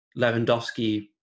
Lewandowski